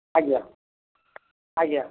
ଆଜ୍ଞା ଆଜ୍ଞା